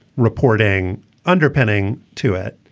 reporting underpinning to it.